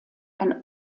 ein